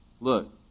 Look